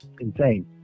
insane